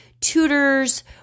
tutors